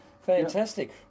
Fantastic